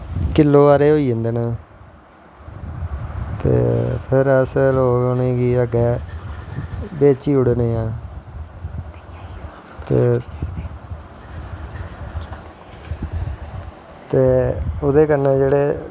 kilo हारे होई जंदे नै ते फिर अस लोग उनेंगी अग्गैं बेची ओड़नें आं ते ओह्दे कन्नैं जेह्ड़े